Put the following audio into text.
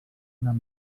una